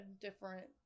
different